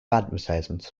advertisements